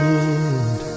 end